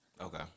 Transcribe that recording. Okay